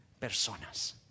personas